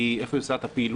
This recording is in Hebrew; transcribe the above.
הם לא יקבלו את הכסף שלהם,